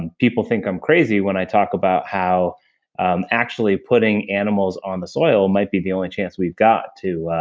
and people think i'm crazy when i talk about how actually putting animals on the soil might be the only chance we've got to